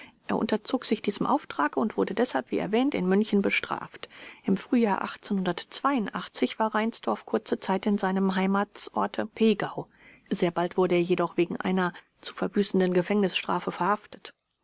er unterzog sich diesem auftrage und wurde deshalb wie erwähnt in münchen bestraft im frühjahr war reinsdorf kurze zeit in seinem heimatsorte pegau sehr bald wurde er jedoch wegen einer zu verbüßenden gefängnisstrafe verhaftet